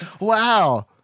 Wow